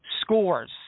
scores